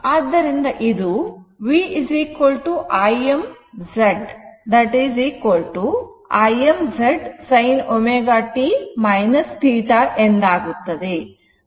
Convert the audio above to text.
ಆದ್ದರಿಂದ ಇದು v Im Z v Im Z sin ω t θ ಎಂದಾಗುತ್ತದೆ